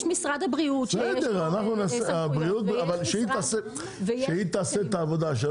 יש את משרד הבריאות --- שהיא תעשה את העבודה.